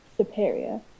superior